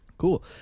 Cool